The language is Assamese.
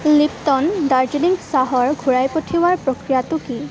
লিপট'ন দাৰ্জিলিং চাহৰ ঘূৰাই পঠিওৱাৰ প্ৰক্ৰিয়াটো কি